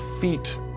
feet